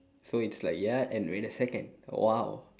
so it's like ya and wait a second !wow!